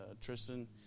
Tristan